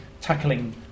tackling